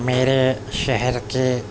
میرے شہر کے